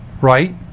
right